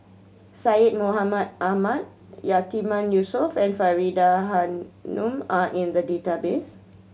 Syed Mohamed Ahmed Yatiman Yusof and Faridah Hanum are in the database